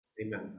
Amen